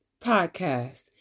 podcast